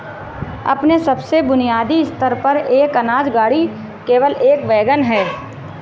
अपने सबसे बुनियादी स्तर पर, एक अनाज गाड़ी केवल एक वैगन है